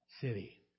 city